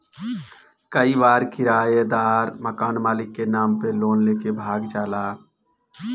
कई बार किरायदार मकान मालिक के नाम पे लोन लेके भाग जाला